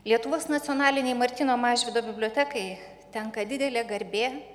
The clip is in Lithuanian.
lietuvos nacionalinei martyno mažvydo bibliotekai tenka didelė garbė